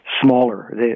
smaller